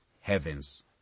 heavens